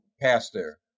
pastor